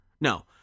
No